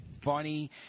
funny